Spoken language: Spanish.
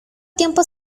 tiempo